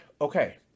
Okay